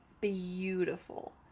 beautiful